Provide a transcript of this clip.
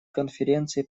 конференции